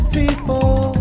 people